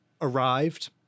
arrived